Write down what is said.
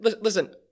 listen